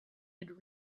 had